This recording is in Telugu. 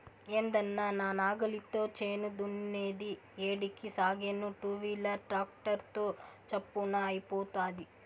ఏందన్నా నా నాగలితో చేను దున్నేది ఏడికి సాగేను టూవీలర్ ట్రాక్టర్ తో చప్పున అయిపోతాది